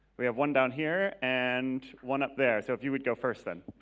we have one down here and one up there. so if you would go first then.